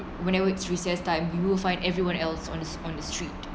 whenever it's recess time you will find everyone else on it's on the street